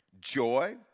joy